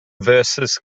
versus